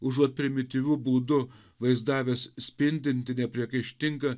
užuot primityviu būdu vaizdavęs spindintį nepriekaištingą